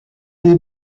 des